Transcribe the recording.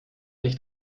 nicht